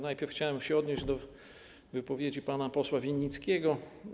Najpierw chciałem się odnieść do wypowiedzi pana posła Winnickiego.